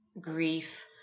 grief